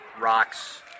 rocks